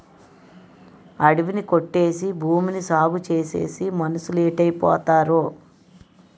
అడివి ని కొట్టేసి భూమిని సాగుచేసేసి మనుసులేటైపోతారో